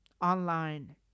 online